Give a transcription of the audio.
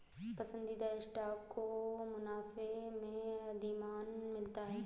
पसंदीदा स्टॉक को मुनाफे में अधिमान मिलता है